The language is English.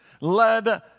led